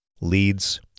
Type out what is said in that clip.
leads